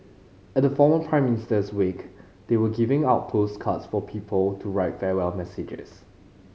at the former Prime Minister's wake they were giving out postcards for people to write farewell messages